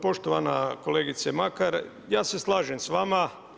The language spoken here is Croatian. Poštovana kolegice Makar, ja se slažem s vama.